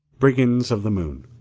brigands of the moon,